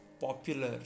popular